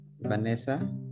vanessa